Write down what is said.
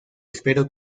espero